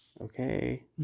Okay